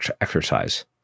exercise